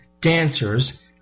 dancers